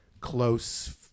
close